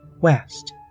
west